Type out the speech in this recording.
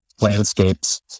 landscapes